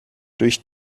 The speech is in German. durch